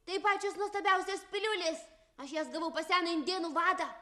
tai pačios nuostabiausios piliulės aš jas gavau pas seną indėnų vadą